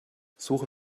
suche